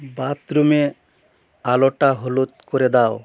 বাথরুমের আলোটা হলুদ করে দাও